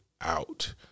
out